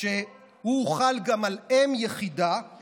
כשהוא הוחל גם על אם יחידה,